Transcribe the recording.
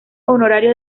honorario